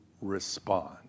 respond